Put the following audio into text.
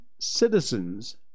citizens